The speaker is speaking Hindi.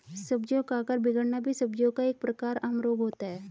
सब्जियों का आकार बिगड़ना भी सब्जियों का एक प्रकार का आम रोग होता है